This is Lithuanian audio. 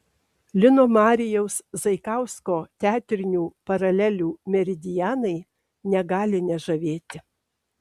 lino marijaus zaikausko teatrinių paralelių meridianai negali nežavėti